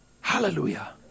Hallelujah